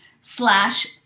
slash